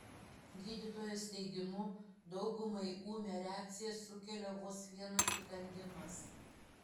gydytojos teigimu daugumai ūmią reakciją sukelia vos vienas įkandimas